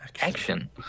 action